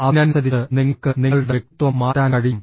അതിനനുസരിച്ച് നിങ്ങൾക്ക് നിങ്ങളുടെ വ്യക്തിത്വം മാറ്റാൻ കഴിയും